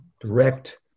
direct